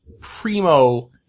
primo